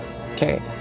Okay